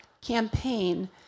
campaign